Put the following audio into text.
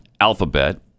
Alphabet